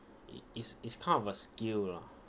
it is is kind of a skill lah